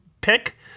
pick